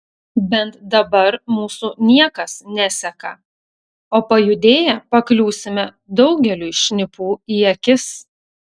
bent dabar mūsų niekas neseka o pajudėję pakliūsime daugeliui šnipų į akis